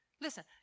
Listen